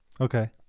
Okay